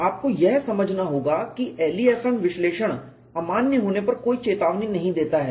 आपको यह समझना होगा कि LEFM विश्लेषण अमान्य होने पर कोई चेतावनी नहीं देता है